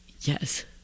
Yes